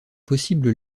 possible